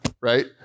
right